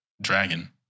dragon